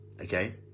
okay